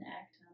act